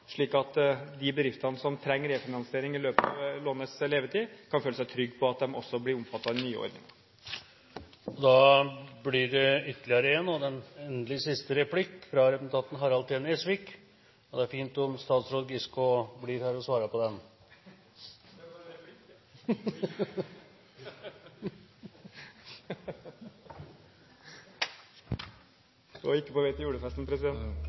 slik at de bedriftene som trenger refinansiering i løpet av lånets levetid, kan føle seg trygge på at de også blir omfattet av den nye ordningen. Her går statsråd Trond Giske bort til diplomatlosjen. Da blir det ytterligere en replikk – og den siste – fra representanten Harald T. Nesvik, og det er fint om statsråd Giske også blir her og svarer på den. Jeg var ikke på vei til julefesten,